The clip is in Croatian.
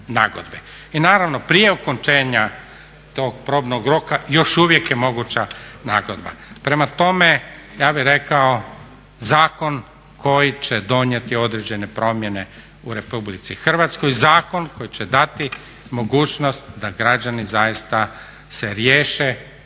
I naravno prije okončanja tog probnog roka još uvijek je moguća nagodba. Prema tome, ja bi rekao zakon koji će donijeti određene promjene u RH, zakon koji će dati mogućnost da građani zaista se riješe